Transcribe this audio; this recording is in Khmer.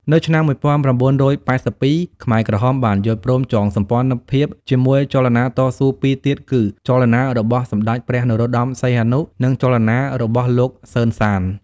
នៅឆ្នាំ១៩៨២ ខ្មែរក្រហមបានយល់ព្រមចងសម្ព័ន្ធភាពជាមួយចលនាតស៊ូពីរទៀតគឺ ចលនារបស់សម្តេចព្រះ នរោត្តម សីហនុ និងចលនារបស់លោក សឺន សាន។